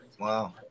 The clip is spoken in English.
Wow